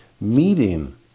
meeting